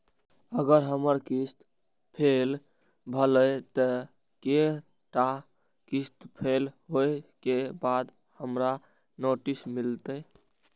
अगर हमर किस्त फैल भेलय त कै टा किस्त फैल होय के बाद हमरा नोटिस मिलते?